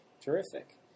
Terrific